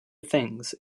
things